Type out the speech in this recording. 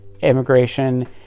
immigration